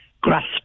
grasp